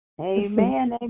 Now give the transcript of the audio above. Amen